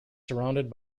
surrounded